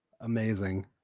Amazing